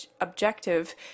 objective